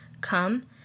come